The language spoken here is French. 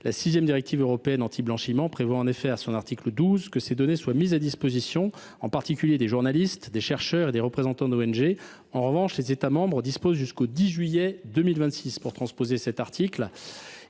la sixième directive européenne antiblanchiment prévoit que ces données sont mises à disposition, en particulier des journalistes, chercheurs et représentants d’ONG. En revanche, les États membres n’ont que jusqu’au 26 juillet 2026 pour transposer cet article.